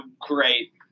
great